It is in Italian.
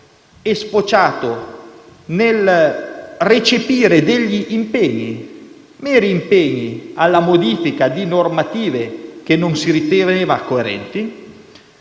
sfociato nel recepire degli impegni, meri impegni alla modifica di normative che non si ritenevano coerenti;